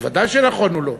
ודאי שנכונו לו.